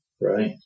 Right